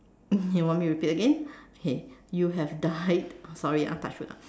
you want me to repeat again okay you have died sorry ah touch wood ah